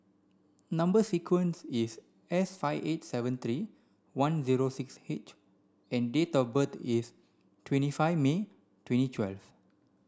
number sequence is S five eight seven three one zero six H and date of birth is twenty five May twenty twelve